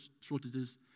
shortages